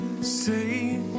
Say